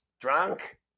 drunk